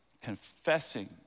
confessing